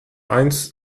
eins